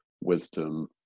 wisdom